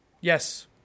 Yes